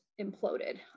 imploded